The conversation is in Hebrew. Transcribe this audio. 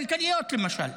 כלכליות למשל,